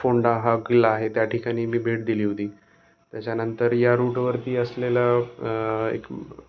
फोंडा हा किल्ला आहे त्या ठिकाणी मी भेट दिली होती त्याच्यानंतर या रूटवरती असलेलं एक